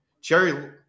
Jerry